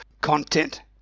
content